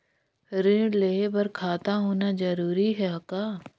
ऋण लेहे बर खाता होना जरूरी ह का?